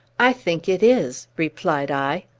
i think it is, replied i.